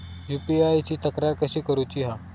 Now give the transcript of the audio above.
UPI ची तक्रार कशी करुची हा?